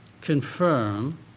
confirm